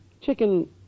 Chicken